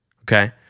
okay